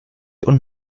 und